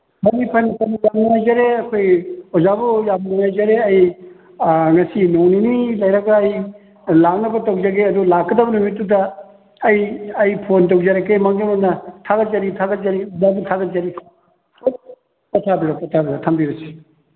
ꯐꯅꯤ ꯐꯅꯤ ꯐꯅꯤ ꯌꯥꯝ ꯅꯨꯡꯉꯥꯏꯖꯔꯦ ꯑꯩꯈꯣꯏ ꯑꯣꯖꯥꯕꯨ ꯌꯥꯝ ꯅꯨꯡꯉꯥꯏꯖꯔꯦ ꯑꯩ ꯉꯁꯤ ꯅꯣꯡꯃ ꯅꯤꯅꯤ ꯂꯩꯔꯒ ꯑꯩ ꯂꯥꯛꯅꯕ ꯇꯧꯖꯒꯦ ꯑꯗꯨ ꯂꯥꯛꯀꯗꯕ ꯅꯨꯃꯤꯠꯇꯨꯗ ꯑꯩ ꯐꯣꯟ ꯇꯧꯖꯔꯛꯀꯦ ꯃꯥꯡꯖꯧꯅꯅ ꯊꯥꯒꯠꯆꯔꯤ ꯊꯥꯒꯠꯆꯔꯤ ꯑꯣꯖꯥꯕꯨ ꯊꯥꯒꯠꯆꯔꯤ ꯄꯣꯊꯥꯕꯤꯔꯣ ꯄꯣꯊꯥꯕꯤꯔꯣ ꯊꯝꯕꯤꯔꯁꯤ